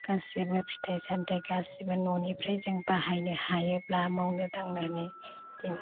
गासिबो फिथाइ सामथाइ गासिबो न'निफ्राय जों बाहायनो हायोब्ला मावनो दांनानै जों